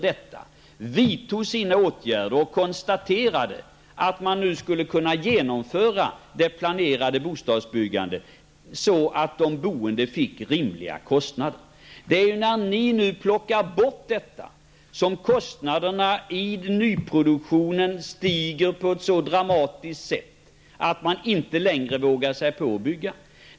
Den vidtog sina åtgärder och konstaterade att man nu skulle kunna genomföra det planerade bostadsbyggandet så att de boende fick rimliga kostnader. Det är när ni nu plockar bort detta som kostnaderna i nyproduktionen stiger på ett så dramatiskt sätt att man inte längre vågar sig på att bygga.